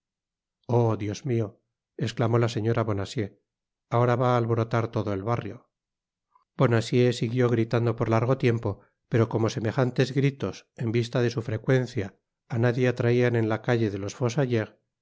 oh dios mio esclamó la señora bonacieux ahora va á alborotar todo el barrio bonacieux siguió gritando por largo tiempo pero como semejantes gritos en vista de su frecuencia á nadie atraian en la calle de los fossoyeurs y